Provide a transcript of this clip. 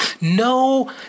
No